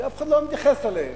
כי אף אחד לא מתייחס אליהן,